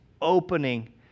opening